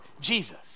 Jesus